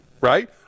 Right